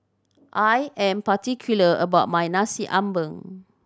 I am particular about my Nasi Ambeng